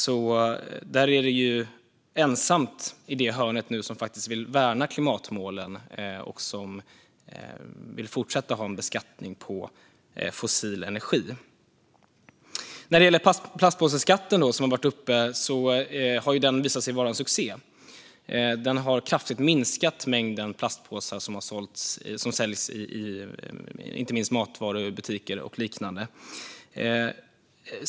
Där är det nu ensamt i det hörn som vill värna klimatmålen och fortsätta att ha en beskattning på fossil energi. Plastpåseskatten, som har varit uppe, har visat sig vara en succé. Den har kraftigt minskat mängden plastpåsar som säljs, inte minst i matvarubutiker och liknande.